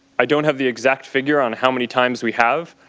i don't have the exact figure on how many times we have,